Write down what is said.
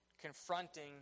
confronting